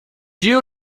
you